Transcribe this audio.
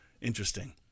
Interesting